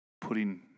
putting